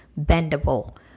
bendable